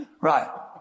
Right